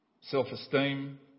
self-esteem